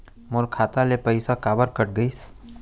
मोर खाता ले पइसा काबर कट गिस?